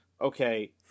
okay